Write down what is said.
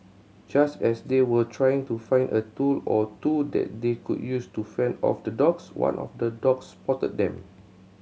just as they were trying to find a tool or two that they could use to fend off the dogs one of the dogs spotted them